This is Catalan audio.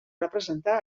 representar